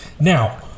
Now